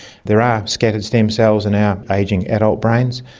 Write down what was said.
there are scattered stem cells in our ageing adult brains,